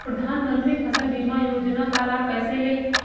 प्रधानमंत्री फसल बीमा योजना का लाभ कैसे लें?